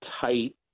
tight